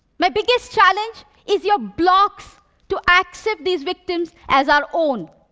my biggest challenge is your blocks to accept these victims as our own.